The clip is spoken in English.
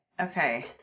okay